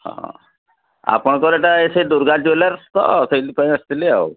ହଁ ଆପଣଙ୍କର ଏଇଟା ସେଇ ଦୁର୍ଗା ଜୁଏଲର୍ସ ତ ସେଥିପାଇଁ ଆସିଥିଲି ଆଉ